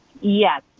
Yes